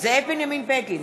זאב בנימין בגין,